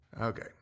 okay